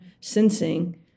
sensing